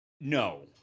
No